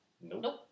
Nope